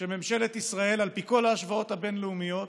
שממשלת ישראל, על פי כל ההשוואות הבין-לאומיות,